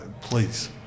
please